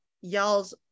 y'all's